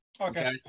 okay